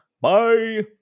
bye